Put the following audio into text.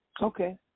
Okay